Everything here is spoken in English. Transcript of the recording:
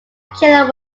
killer